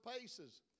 paces